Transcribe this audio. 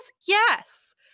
yes